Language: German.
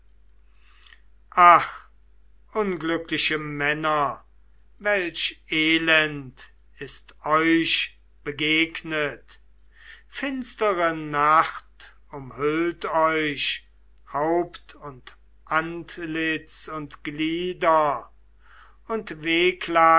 ach unglückliche männer welch elend ist euch begegnet finstere nacht umhüllt euch haupt und antlitz und glieder und wehklagen